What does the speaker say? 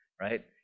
right